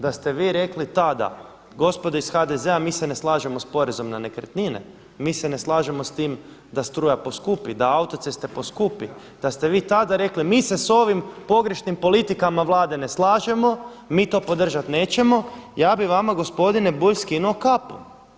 Da ste vi rekli tada gospodo iz HDZ-a mi se ne slažemo s porezom na nekretnine, mi se ne slažemo s tim da struja poskupi, da autoceste poskupi, da ste vi tada rekli, mi se s ovim pogrešnim politikama Vlade ne slažemo, mi to podržat nećemo ja bi vama gospodine Bulj skinuo kapu.